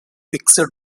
fixed